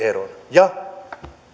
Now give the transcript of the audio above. ja